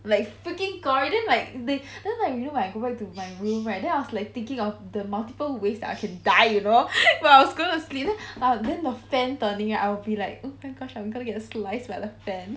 like freaking gory like they then like you know like go back to my room right then I was like thinking of the multiple ways that I could die you know when I was going to sleep but then the fans turning right I'll be like oh my gosh I'm gonna get sliced by the fan